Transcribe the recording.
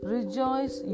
Rejoice